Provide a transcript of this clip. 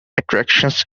attractions